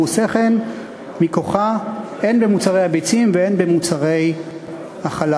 והוא עושה כן מכוחה הן במוצרי הביצים והן במוצרי החלב.